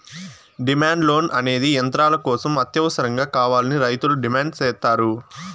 demand loan అనేది యంత్రాల కోసం అత్యవసరంగా కావాలని రైతులు డిమాండ్ సేత్తారు